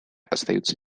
остаются